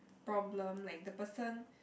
problem like the person